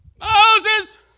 Moses